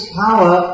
power